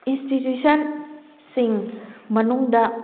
institution ꯁꯤꯡ ꯃꯅꯨꯡꯗ